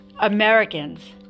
Americans